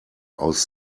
aus